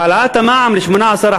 העלאת המע"מ ל-18%,